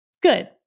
good